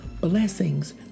blessings